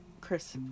Chris